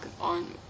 on